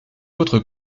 autres